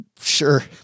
sure